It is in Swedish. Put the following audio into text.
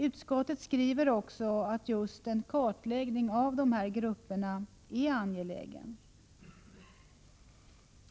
Utskottet skriver också att just en kartläggning av dessa grupper är angelägen.